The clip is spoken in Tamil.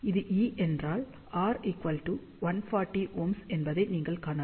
இது இ என்றால் ஆர் 140Ω என்பதை நீங்கள் காணலாம்